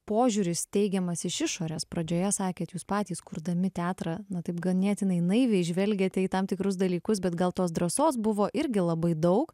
požiūris teigiamas iš išorės pradžioje sakėt jūs patys kurdami teatrą na taip ganėtinai naiviai žvelgėte į tam tikrus dalykus bet gal tos drąsos buvo irgi labai daug